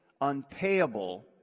unpayable